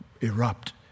erupt